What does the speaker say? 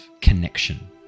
connection